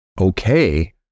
okay